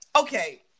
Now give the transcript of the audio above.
okay